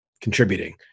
contributing